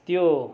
त्यो